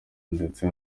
ndetse